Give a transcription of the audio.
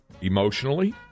emotionally